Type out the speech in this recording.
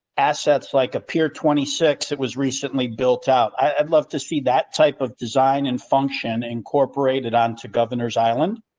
assets like, appear twenty six it was recently built out. i'd love to see that type of design and function incorporated on to governor's island.